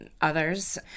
others